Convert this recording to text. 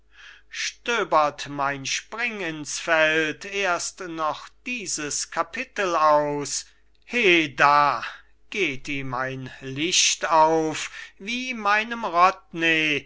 lassen stöbert mein springinsfeld erst noch dieses kapital aus he da geht ihm ein licht auf wie meinem